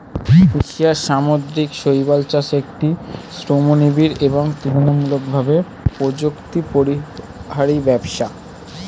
এশিয়ার সামুদ্রিক শৈবাল চাষ একটি শ্রমনিবিড় এবং তুলনামূলকভাবে প্রযুক্তিপরিহারী ব্যবসা